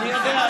אני יודע,